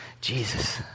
Jesus